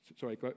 Sorry